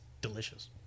delicious